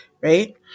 right